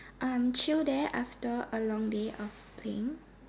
um chill there after a long day of playing